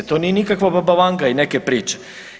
To nije nikakva baba Vanga i neke priče.